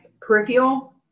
peripheral